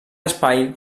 espai